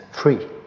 free